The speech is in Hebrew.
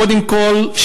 קודם כול,